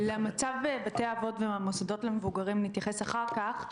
למצב בתי האבות והמוסדות למבוגרים נתייחס אחר כך.